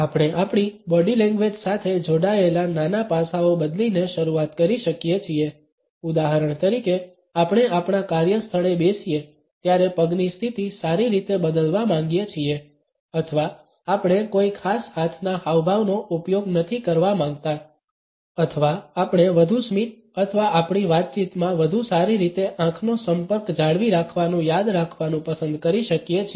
આપણે આપણી body language સાથે જોડાયેલા નાના પાસાઓ બદલીને શરૂઆત કરી શકીએ છીએ ઉદાહરણ તરીકે આપણે આપણા કાર્યસ્થળે બેસીએ ત્યારે પગની સ્થિતિ સારી રીતે બદલવા માંગીએ છીએ અથવા આપણે કોઈ ખાસ હાથના હાવભાવનો ઉપયોગ નથી કરવા માંગતા અથવા આપણે વધુ સ્મિત અથવા આપણી વાતચીતમાં વધુ સારી રીતે આંખનો સંપર્ક જાળવી રાખવાનુ યાદ રાખવાનું પસંદ કરી શકીએ છીએ